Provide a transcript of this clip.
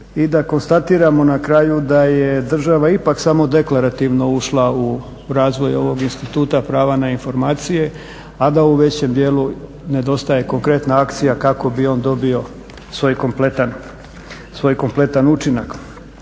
i da konstatiramo na kraju da je država ipak samo deklarativno ušla u razvoj ovog instituta prava na informacije, a da u većem dijelu nedostaje konkretna akcija kako bi on dobio svoj kompletan učinak.